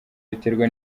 biterwa